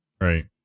Right